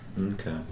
Okay